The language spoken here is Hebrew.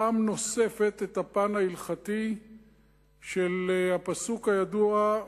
פעם נוספת את הפן ההלכתי של הפסוק הידוע: